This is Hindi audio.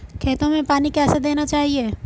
खेतों में पानी कैसे देना चाहिए?